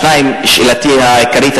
2. שאלתי העיקרית,